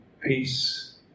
peace